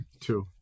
Two